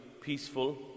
peaceful